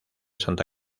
santa